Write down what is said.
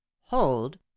hold